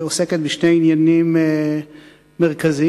עוסקת בשני עניינים מרכזיים.